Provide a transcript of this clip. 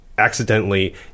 accidentally